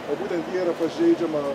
va būtent jie yra pažeidžiama